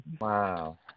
Wow